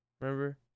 Remember